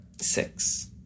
Six